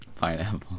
pineapple